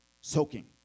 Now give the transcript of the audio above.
Soaking